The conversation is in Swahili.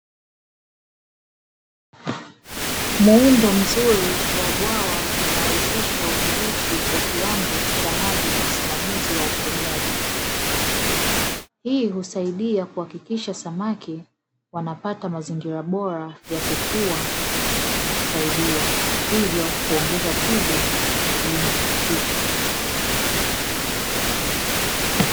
Muundo mzuri wa bwawa unarahisisha udhibiti wa kiwango cha maji na usimamizi wa ufugaji, hii husaidia kuhakikisha samaki wanapata mazingira bora ya kukua na kusaidia hivyo kuongeza tija katika kilimo hicho.